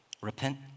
Repent